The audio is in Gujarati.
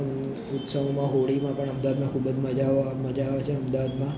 ઉત્સવમાં હોળીમાં પણ અમદાવાદમાં ખૂબ જ મજા આવ મજા આવે છે અમદાવાદમાં